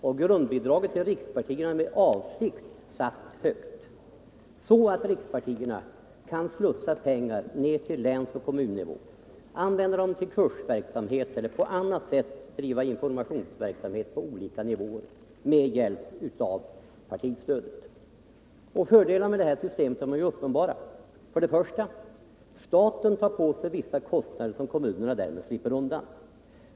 Och grundbidraget till rikspartierna är med avsikt satt högt, så att rikspartierna kan slussa pengar ner till länsoch kommunnivå, använda dem till kursverksamhet eller på annat sätt driva informationsverksamhet på olika nivåer med hjälp av partistödet. Fördelarna med systemet är uppenbara: 1. Staten tar på sig vissa kostnader som kommunerna därmed slipper undan.